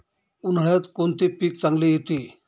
उन्हाळ्यात कोणते पीक चांगले येते?